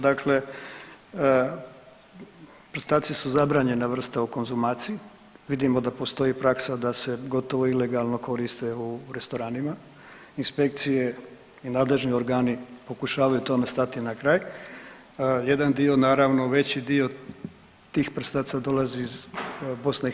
Dakle, prstaci su zabranjena vrsta u konzumaciji, vidimo da postoji praksa da se gotovo ilegalno koriste u restoranima, inspekcije i nadležni organi pokušavaju tome stati na kraj, jedan dio naravno, veći dio tih prstaca dolazi iz BiH.